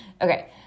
Okay